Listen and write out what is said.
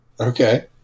Okay